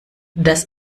das